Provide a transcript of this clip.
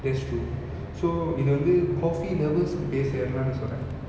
that's true so இது வந்து:ithu vanthu coffee lovers க்கு பேசிர்ரலானு சொல்றன்:kku pesirralanu solran